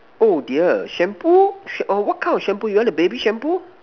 oh dear shampoo sh~ err what kind of shampoo you want the baby shampoo